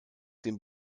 dem